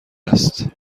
است